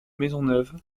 maisonneuve